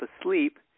asleep